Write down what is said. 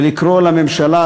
ולקרוא לממשלה,